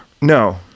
No